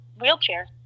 wheelchair